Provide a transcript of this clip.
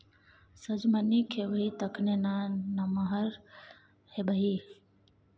सजमनि खेबही तखने ना नमहर हेबही